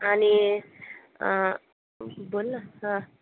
आणि बोल ना